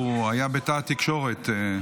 הוא היה בתא התקשורת.